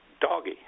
doggy